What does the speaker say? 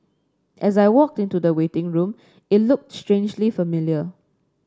as I walked into the waiting room it looked strangely familiar